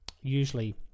usually